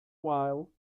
while